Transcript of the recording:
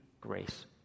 grace